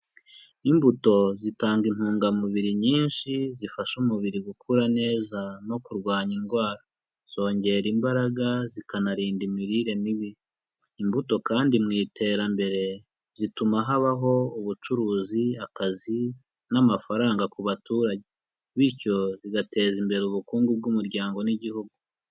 Imbuto zitanga intungamubiri nyinshi zifasha umubiri gukura neza no kurwanya indwara, zongera imbaraga, zikanarinda imirire mibi, imbuto kandi mu iterambere zituma habaho ubucuruzi, akazi n'amafaranga ku baturage, bityo bigateza imbere ubukungu bw'umuryango n'igihugu.